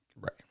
right